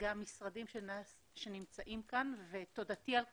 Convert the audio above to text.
נציגי המשרדים שנמצאים כאן ותודתי על כך,